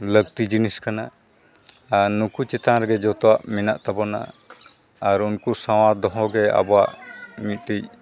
ᱞᱟᱹᱠᱛᱤ ᱡᱤᱱᱤᱥ ᱠᱟᱱᱟ ᱟᱨ ᱱᱩᱠᱩ ᱪᱮᱛᱟᱱ ᱨᱮᱜᱮ ᱡᱚᱛᱚᱣᱟᱜ ᱢᱮᱱᱟᱜ ᱛᱟᱵᱚᱱᱟ ᱟᱨ ᱩᱱᱠᱩ ᱥᱟᱶᱟᱨ ᱫᱚᱦᱚᱜᱮ ᱟᱵᱚᱣᱟᱜ ᱢᱤᱫᱴᱤᱡ